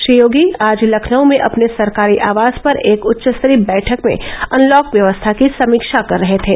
श्री योगी आज लखनऊ में अपने सरकारी आवास पर एक उच्चस्तरीय बैठक में अनलॉक व्यवस्था की समीक्षा कर रहे थे